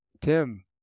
Tim